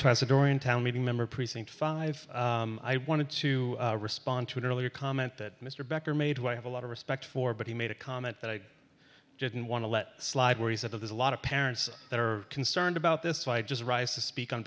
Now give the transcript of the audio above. trying to do in town meeting member precinct five i wanted to respond to an earlier comment that mr becker made who i have a lot of respect for but he made a comment that i didn't want to let slide where he said there's a lot of parents that are concerned about this so i just rise to speak on